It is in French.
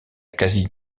quasi